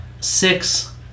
six